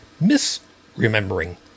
misremembering